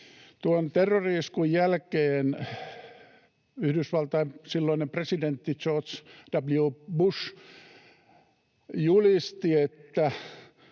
terrori-iskun jälkeen Yhdysvaltain silloinen presidentti George W. Bush julisti,